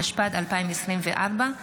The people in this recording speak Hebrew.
התשפ"ד 2024,